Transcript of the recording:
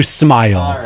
smile